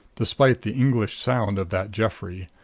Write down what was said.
despite the english sound of that geoffrey,